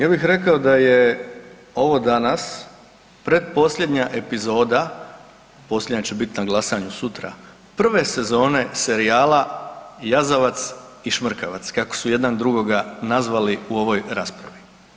Ja bih rekao da je ovo danas pretposljednja epizoda, posljednja će biti na glasanju sutra, prve sezone serijala jazavac i šmrkavac, kako su jedan drugoga nazvali u ovoj raspravi.